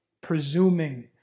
presuming